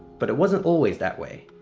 but it wasn't always that way.